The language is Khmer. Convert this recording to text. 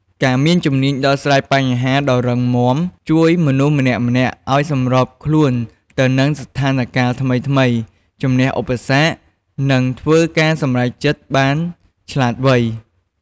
ការមានជំនាញដោះស្រាយបញ្ហាដ៏រឹងមាំជួយមនុស្សម្នាក់ៗឲ្យសម្របខ្លួនទៅនឹងស្ថានការណ៍ថ្មីៗ ជំនះឧបសគ្គ និងធ្វើការសម្រេចចិត្តបានឆ្លាតវៃ។